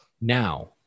Now